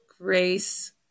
grace